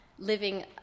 living